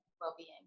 well-being